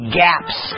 gaps